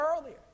earlier